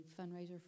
fundraiser